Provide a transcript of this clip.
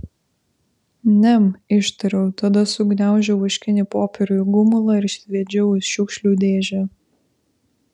niam ištariau tada sugniaužiau vaškinį popierių į gumulą ir sviedžiau į šiukšlių dėžę